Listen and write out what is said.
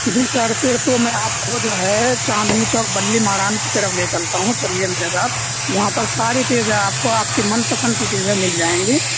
جی sir پھر تو میں آپ کو جو ہے چاندنى چوک بلی ماران کی طرف لے چلتا ہوں چلیے میرے ساتھ وہاں پر ساری چیزیں آپ كو آپ کی من پسند كى چیزیں مل جائیں گی